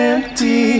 Empty